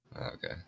Okay